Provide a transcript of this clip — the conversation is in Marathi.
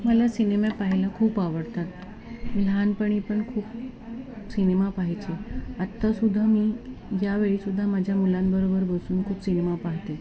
मला सिनेमे पाहायला खूप आवडतात लहानपणी पण खूप सिनेमा पाहायची आत्तासुद्धा मी यावेळीसुद्धा माझ्या मुलांबरोबर बसून खूप सिनेमा पाहते